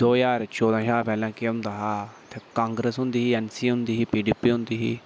दो ज्हार चौदाह् शा पैह्लै केह् होंदा हा कांग्रेस होंदी ही एनसी होंदी ही पीडीपी होंदी ही